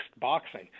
boxing